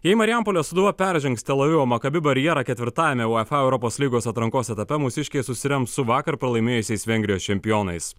jei marijampolės sūduva peržengs tel avivo maccabi barjerą ketvirtajame uefa europos lygos atrankos etape mūsiškiai susirems su vakar pralaimėjusiais vengrijos čempionais